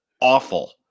awful